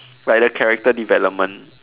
like the character development